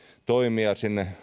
toimijaa sinne